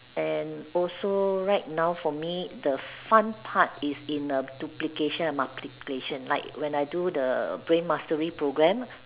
and also right now for me the fun part is in a duplication and multiplication like when I do the brain mastery programme